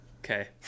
Okay